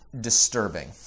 disturbing